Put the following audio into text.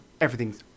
Everything's